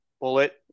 Bullet